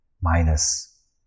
minus